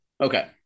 Okay